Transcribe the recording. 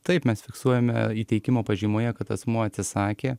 taip mes fiksuojame įteikimo pažymoje kad asmuo atsisakė